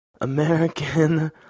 American